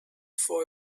for